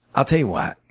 i'll tell you what.